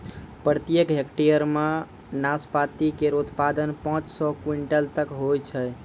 प्रत्येक हेक्टेयर म नाशपाती केरो उत्पादन पांच सौ क्विंटल तक होय जाय छै